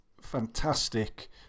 fantastic